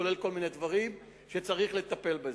כולל כל מיני דברים שצריך לטפל בהם.